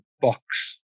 box